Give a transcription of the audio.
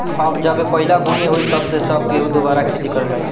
अब जबे पहिला बुनी होई तब से सब केहू दुबारा खेती करे लागी